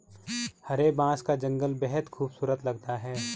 हरे बांस का जंगल बेहद खूबसूरत लगता है